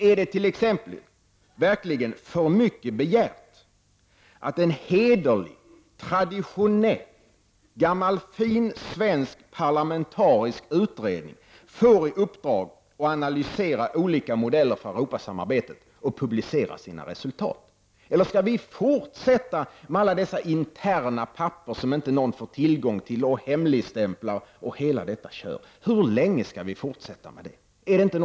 Är det t.ex. verkligen för mycket begärt att en hederlig, traditionell och gammal fin svensk parlamentarisk utredning får i uppdrag att analysera olika modeller för Europasamarbetet och att öppet publicera sina resultat? Eller skall vi fortsätta med alla interna papper som ingen får tillgång till, hemligstämplar osv.? Hur länge skall vi fortsätta med sådant?